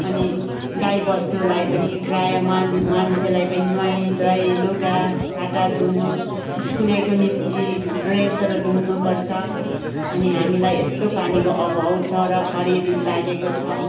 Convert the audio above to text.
अनि गाईवस्तुलाई पनि प्राय मान मान्छेलाई पनि नुहाइधुवाइ लुगाफाटा धुनु स्कुलेको निम्ति ड्रेसहरू धुनुपर्छ अनि हामीलाई यस्तो पानीको अभाव छ र खडेरी लागेको छ